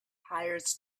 hires